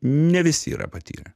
ne visi yra patyrę